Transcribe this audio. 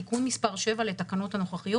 תיקון מס' 7 לתקנות הנוכחיות,